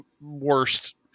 worst